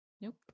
Nope